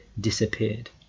disappeared